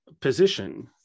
position